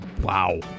wow